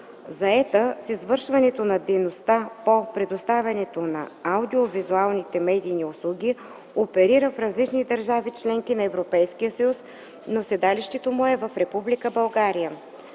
заета с извършването на дейността по предоставяне на аудиовизуалните медийни услуги, оперира в различни държави – членки на Европейския съюз, но седалището му е в Република България;